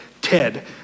Ted